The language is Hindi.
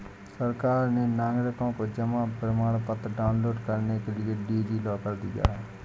सरकार ने नागरिकों को जमा प्रमाण पत्र डाउनलोड करने के लिए डी.जी लॉकर दिया है